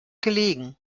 gelegen